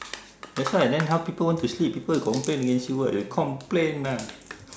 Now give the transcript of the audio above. that's why then how people want to sleep people complain against you [what] they'll complain lah